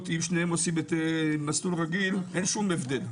אם שניהם עושים מסלול רגיל אין שום הבדל.